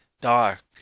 dark